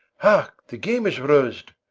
hark, the game is rous'd!